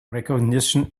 recognition